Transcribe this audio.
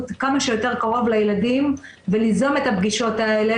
כמה שיותר קרוב לילדים וליזום את הפגישות האלה.